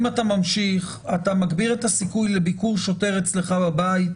אם אתה ממשיך אתה מגביר את הסיכוי לביקור שוטר אצלך בבית?